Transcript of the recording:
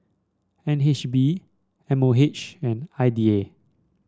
N H B M O H and I D A